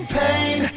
pain